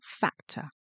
factor